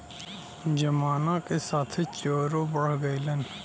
जमाना के साथे चोरो बढ़ गइलन